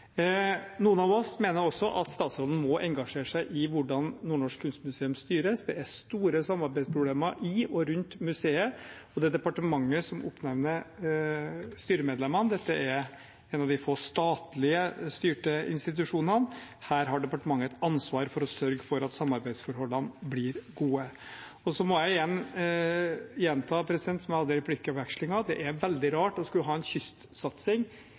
Noen av oss mener også at statsråden må engasjere seg i hvordan Nordnorsk Kunstmuseum styres. Det er store samarbeidsproblemer i og rundt museet, og det er departementet som oppnevner styremedlemmene. Dette er en av de få statlig styrte institusjonene. Her har departementet et ansvar for å sørge for at samarbeidsforholdene blir gode. Jeg må gjenta, som jeg sa i replikkvekslingen: Det er veldig rart når vi skal ha en kystsatsing